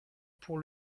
pour